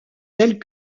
telles